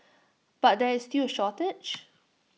but there is still A shortage